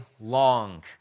long